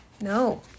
No